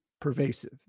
pervasive